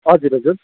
हजुर हजुर